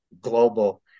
global